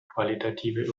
qualitative